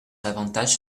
avantages